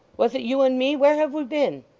was it you and me? where have we been